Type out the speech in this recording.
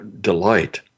delight